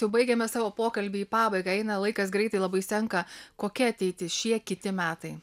jau baigiame savo pokalbį į pabaigą eina laikas greitai labai senka kokia ateitis šie kiti metai